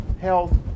health